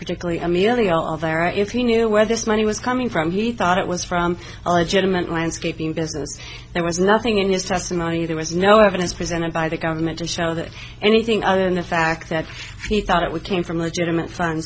particularly emilio all there if he knew where this money was coming from he thought it was from a legitimate landscaping business there was nothing in his testimony there was no evidence presented by the government to show that anything other than the fact that he thought it would take him from legitimate f